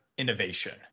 innovation